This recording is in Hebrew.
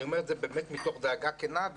אני אומר את זה באמת מתוך דאגה כנה.